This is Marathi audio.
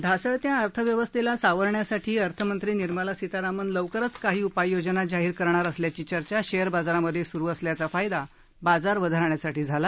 ढासळत्या अर्थव्यवस्थेला सावरण्यासाठी अर्थमंत्री निर्मला सीतारामन लवकरच काही उपाय योजना जाहीर करणार असल्याची चर्चा शेअर बाजारामधे सूरु असल्याचा फायदा बाजार वधारण्यासाठी झाला